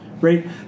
right